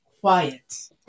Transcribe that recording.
quiet